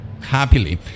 happily